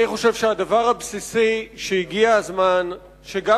אני חושב שהדבר הבסיסי שהגיע הזמן שגם